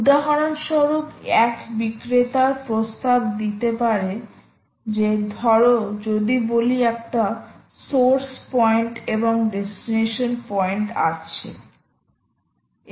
উদাহরণস্বরূপ এক বিক্রেতার প্রস্তাব দিতে পারে যে ধরো যদি বলি একটি সোর্স পয়েন্ট এবং ডেস্টিনেশন পয়েন্ট আছে